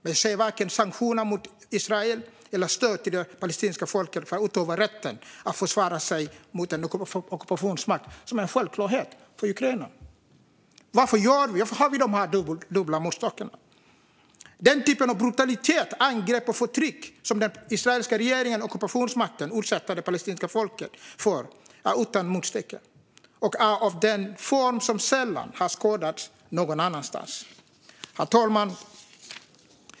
Det införs inte sanktioner mot Israel. Och det ges inte stöd till det palestinska folket så att de kan utöva rätten att försvara sig mot en ockupationsmakt. Det är en självklarhet när det gäller Ukraina. Varför har vi dessa dubbla måttstockar? Den typ av brutalitet, angrepp och förtryck som den israeliska regeringen och ockupationsmakten utsätter det palestinska folket för är utan motstycke och är av en form som sällan har skådats någon annanstans. Herr talman!